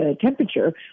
temperature